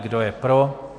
Kdo je pro?